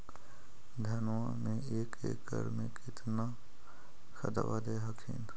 धनमा मे एक एकड़ मे कितना खदबा दे हखिन?